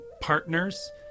partners